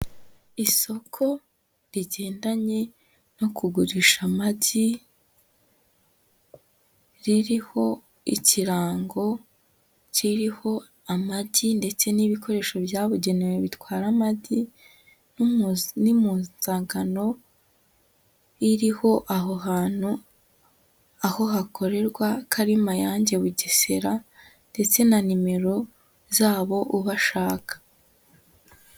Isoko rigendanye no kugurisha amagi ririho ikirango kiriho amagi ndetse n'ibikoresho byabugenewe bitwara amagi n'impuzankano iriho aho hantu, aho hakorerwa ko ari Mayange Bugesera ndetse na nimero zabo ubashaka.